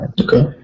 Okay